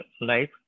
life